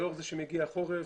לאור זה שמגיע החורף,